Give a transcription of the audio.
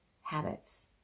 habits